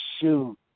shoot